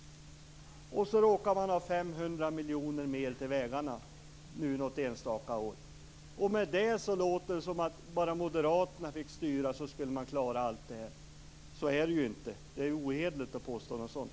Så råkar man ha 500 miljoner mer till vägarna något enstaka år. Med det låter det som att bara moderaterna fick styra skulle man klara allt. Så är det inte. Det är ohederligt att påstå något sådant.